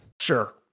Sure